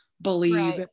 believe